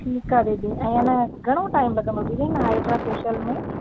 ठीकु आहे दीदी ऐं न घणो टाइम लॻंदो दीदी इन हाइड्रा फेशियल में